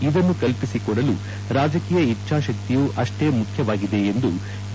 ಇದನ್ನು ಕಲ್ಲಿಸಿಕೊಡಲು ರಾಜಕೀಯ ಇಚ್ಛಾಶಕ್ತಿಯೂ ಅಷ್ಟೇ ಮುಖ್ಯವಾಗಿದೆ ಎಂದು ಡಿ